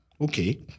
okay